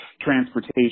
transportation